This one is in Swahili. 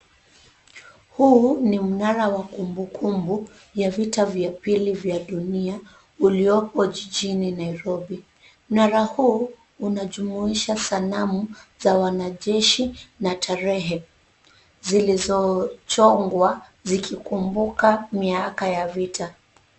Huu ni mnara wa kumbu kumbu ya vita vya pili vya dunia uliopo jijini Nairobi, mnara huu unajumuisha sanamu za wanajeshi na tarehe zilizo chongwa zikikumbuka miaka ya vita.